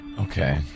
Okay